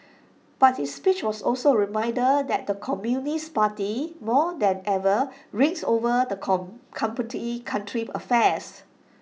but his speech was also A reminder that the communist party more than ever reigns over the come country's affairs